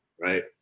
right